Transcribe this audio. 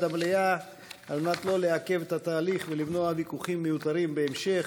המליאה על מנת שלא לעכב את התהליך ולמנוע ויכוחים מיותרים בהמשך,